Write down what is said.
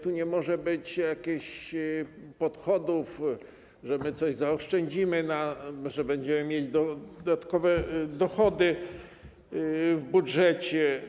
Tu nie może być jakichś podchodów: że coś zaoszczędzimy, że będziemy mieć dodatkowe dochody w budżecie.